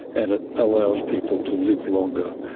and it allows people to live longer.